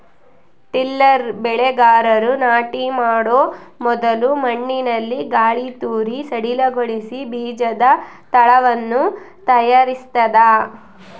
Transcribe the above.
tiller ಬೆಳೆಗಾರರು ನಾಟಿ ಮಾಡೊ ಮೊದಲು ಮಣ್ಣಿನಲ್ಲಿ ಗಾಳಿತೂರಿ ಸಡಿಲಗೊಳಿಸಿ ಬೀಜದ ತಳವನ್ನು ತಯಾರಿಸ್ತದ